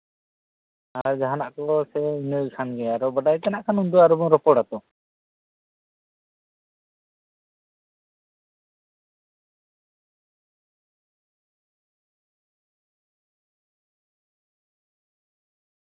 ᱟᱨ ᱡᱟᱦᱟᱸᱱᱟᱜ ᱠᱷᱟᱱ ᱥᱮ ᱤᱱᱟᱹ ᱠᱷᱟᱱ ᱜᱮ ᱟᱫᱚᱚ ᱵᱟᱰᱟᱭ ᱛᱮᱱᱟᱜ ᱠᱷᱟᱱ ᱫᱚ ᱩᱱᱫᱚ ᱟᱨᱚ ᱵᱚᱱ ᱨᱚᱯᱚᱲᱟ